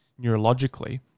neurologically